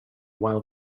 while